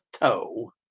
toe